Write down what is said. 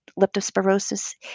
leptospirosis